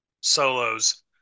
solos